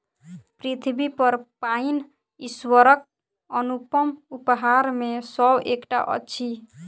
पृथ्वीपर पाइन ईश्वरक अनुपम उपहार मे सॅ एकटा अछि